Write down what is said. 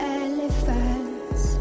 elephants